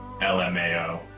LMAO